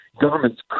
governments